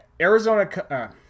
Arizona